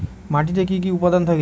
মাটিতে কি কি উপাদান থাকে?